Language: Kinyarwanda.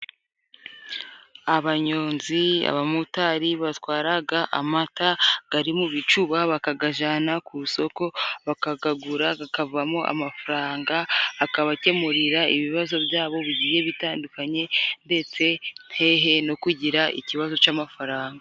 Abanyonzi, abamotari batwaraga amata gari mu bicuba bakagajana ku isoko bakakagura, kakavamo amafaranga, akabakemurira ibibazo byabo bigiye bitandukanye ndetse hehe no kugira ikibazo c'amafaranga.